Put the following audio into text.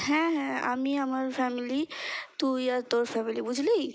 হ্যাঁ হ্যাঁ আমি আমার ফ্যামিলি তুই আর তোর ফ্যামিলি বুঝলি